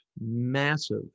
massive